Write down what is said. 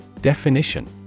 Definition